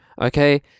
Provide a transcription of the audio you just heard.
Okay